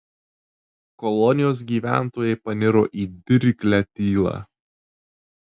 kolonijos gyventojai paniro į dirglią tylą